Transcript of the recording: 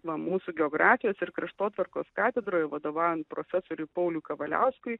va mūsų geografijos ir kraštotvarkos katedroje vadovaujant profesoriui pauliui kavaliauskui